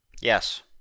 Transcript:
Yes